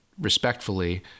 respectfully—